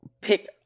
pick